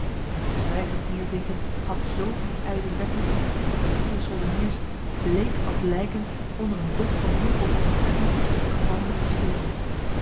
en dit zwijgend neêrzinken had zoo iets ijzingwekkends dat de ruwe soldeniers bleek als lijken onder een dof gemompel van ontzetting den gevallene omstuwden